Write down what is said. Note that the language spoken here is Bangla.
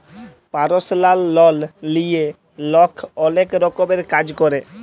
পারসলাল লল লিঁয়ে লক অলেক রকমের কাজ ক্যরে